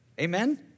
Amen